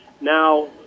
Now